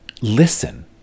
listen